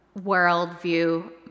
worldview